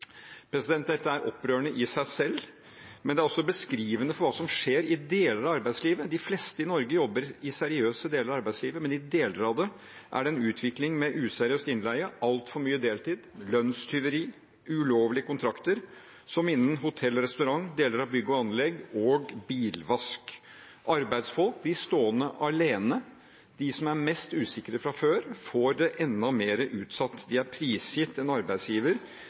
Dette er opprørende i seg selv, men det er også beskrivende for hva som skjer i deler av arbeidslivet. De fleste i Norge jobber i seriøse deler av arbeidslivet, men i deler av det er det en utvikling med useriøs innleie, altfor mye deltid, lønnstyveri og ulovlige kontrakter, som innen hotell og restaurant, deler av bygg og anlegg og bilvask. Arbeidsfolk blir stående alene. De som er mest usikre fra før, blir enda mer utsatt. De er prisgitt en arbeidsgiver,